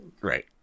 right